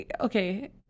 okay